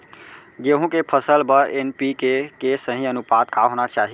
गेहूँ के फसल बर एन.पी.के के सही अनुपात का होना चाही?